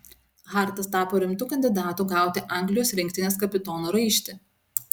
hartas tapo rimtu kandidatu gauti anglijos rinktinės kapitono raištį